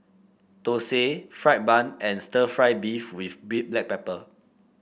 thosai fried bun and stir fry beef with Black Pepper